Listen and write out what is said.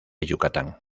yucatán